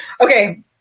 Okay